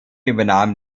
übernahm